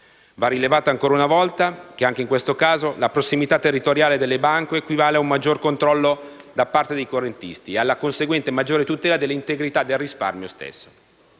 Va rilevato ancora una volta che, anche in questo caso, la prossimità territoriale delle banche equivale a un maggior controllo da parte dei correntisti e alla conseguente maggiore tutela dell'integrità del risparmio stesso.